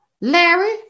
Larry